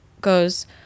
goes